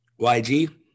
YG